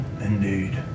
Indeed